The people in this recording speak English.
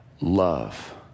love